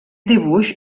dibuix